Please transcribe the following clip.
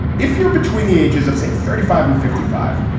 if you're between the ages of, say, thirty five and fifty five.